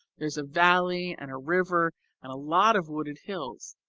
there's a valley and a river and a lot of wooded hills,